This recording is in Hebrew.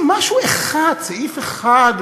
פתחתי והסתכלתי בסעיפי החינוך,